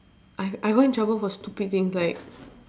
I I got in trouble for stupid things like